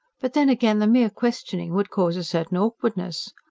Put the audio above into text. but then again, the mere questioning would cause a certain awkwardness.